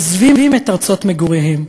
עוזבים את ארצות מגוריהם,